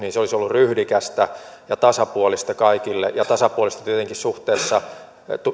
se olisi ollut ryhdikästä ja tasapuolista kaikille ja tasapuolista tietenkin suhteessa